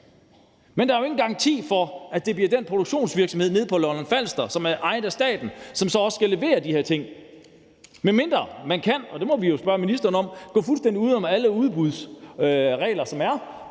Men der er jo ingen garanti for, at det bliver den produktionsvirksomhed nede på Lolland-Falster, som er ejet af staten, som så også skal levere de her ting, med mindre man kan, og det må vi jo spørge ministeren om, gå fuldstændig uden om alle udbudsregler, der er,